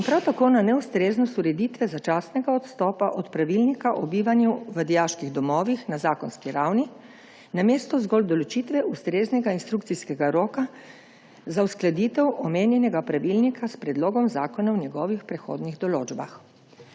in prav tako na neustreznost ureditve začasnega odstopa od pravilnika o bivanju v dijaških domovih na zakonski ravni namesto zgolj določitve ustreznega instrukcijskega roka za uskladitev omenjenega pravilnika s predlogom zakona o njegovih prehodnih določbah.